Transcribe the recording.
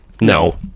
No